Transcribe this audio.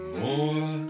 more